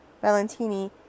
Valentini